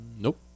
Nope